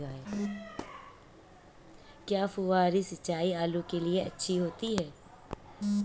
क्या फुहारी सिंचाई आलू के लिए अच्छी होती है?